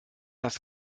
das